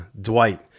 Dwight